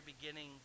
beginning